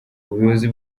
ubuyobozi